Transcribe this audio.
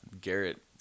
Garrett